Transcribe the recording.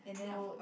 no